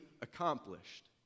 accomplished